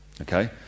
Okay